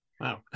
Wow